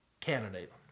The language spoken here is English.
candidate